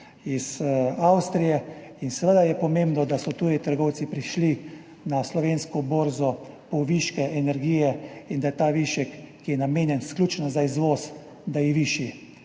iz Avstrije. In seveda je pomembno, da so tuji trgovci prišli na slovensko borzo po viške energije in da je ta višek, ki je namenjen izključno za izvoz, višji.